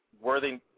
worthy